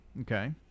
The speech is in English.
Okay